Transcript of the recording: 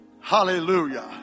hallelujah